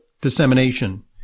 dissemination